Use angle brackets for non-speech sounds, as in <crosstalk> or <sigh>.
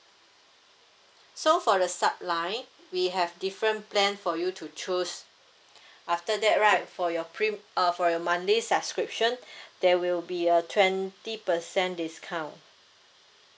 so for the sub line we have different plan for you to choose <breath> after that right for your prim~ uh for your monthly subscription <breath> there will be a twenty percent discount